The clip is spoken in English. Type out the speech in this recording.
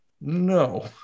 no